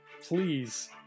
please